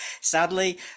sadly